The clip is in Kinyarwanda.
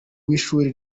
w’ishuri